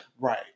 Right